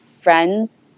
friends